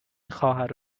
خواهر